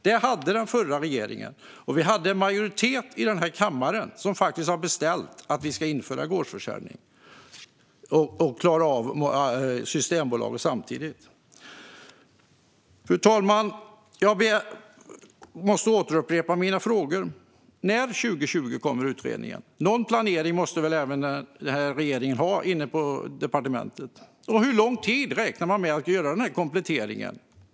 Det hade den förra regeringen, och en majoritet i denna kammare har faktiskt beställt att vi ska införa gårdsförsäljning och klara Systembolaget samtidigt. Fru talman! Jag måste återupprepa mina frågor. När 2020 kommer utredningen? Någon planering måste väl även denna regering ha på departementet? Hur lång tid räknar man med att det ska ta att göra kompletteringen?